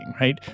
right